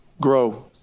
grow